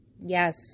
Yes